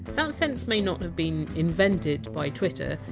so sense may not have been invented by twitter,